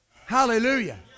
Hallelujah